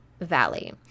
Valley